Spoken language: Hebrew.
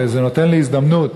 וזה נותן לי הזדמנות